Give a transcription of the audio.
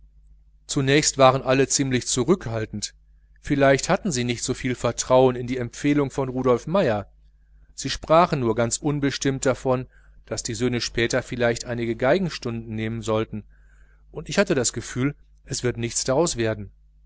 sie waren alle ziemlich zurückhaltend vielleicht hatten sie nicht viel vertrauen in die empfehlung von rudolf meier sie sprachen nur ganz unbestimmt davon daß die söhne später vielleicht einige violinstunden nehmen sollten und ich hatte das gefühl es wird nichts daraus werden